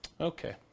Okay